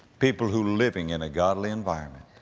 people, who living in a godly environment,